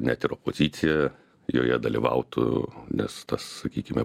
net ir opozicija joje dalyvautų nes tas sakykime